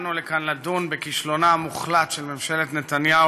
באנו לכאן לדון בכישלונה המוחלט של ממשלת נתניהו